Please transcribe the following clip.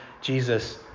Jesus